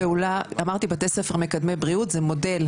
אמרתי בתי ספר מקדמי בריאות זה מודל,